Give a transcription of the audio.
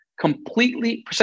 completely